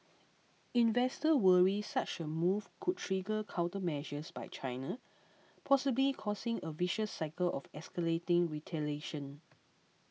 investors worry such a move could trigger countermeasures by China possibly causing a vicious cycle of escalating retaliation